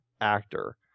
actor